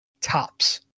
tops